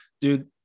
dude